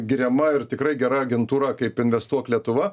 giriama ir tikrai gera agentūra kaip investuok lietuva